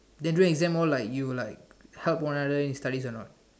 then do exam all like you like help one another in studies or not